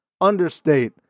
understate